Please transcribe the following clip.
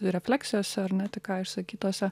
refleksijose ar ne tik ką išsakytose